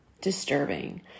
disturbing